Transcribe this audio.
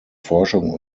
forschung